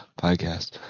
podcast